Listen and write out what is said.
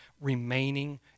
remaining